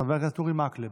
חבר הכנסת אורי מקלב,